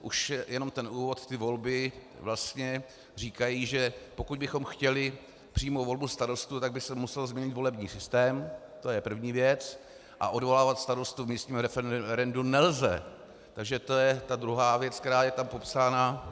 Už jenom ten úvod, ty volby vlastně říkají, že pokud bychom chtěli přímou volbu starostů, tak by se musel změnit volební systém, to je první věc, a odvolávat starostu v místním referendu nelze, takže to je ta druhá věc, která je tam popsána...